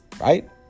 right